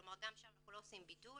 כלומר גם שם אנחנו לא עושים בידול,